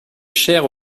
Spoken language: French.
chère